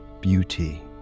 beauty